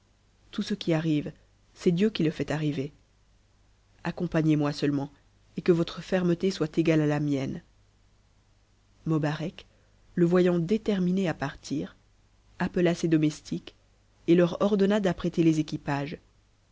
tout ce qui arrive c'est dieu qui le fait arriver accompagnez-moi seulement et que votre fermeté soit égale à la mienne mobarec le voyant déterminé à partir appela ses domestiques et leur ordonna d'apprêter les équipages